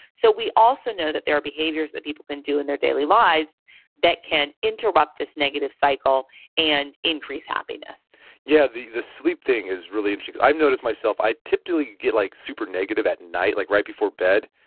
so we also know that there are behaviors that people can do in their daily lives that can interrupt this negative cycle and increase happiness yeah, the the sleep thing is really interesting. i've noticed myself i typically get like super negative at night, like right before bed.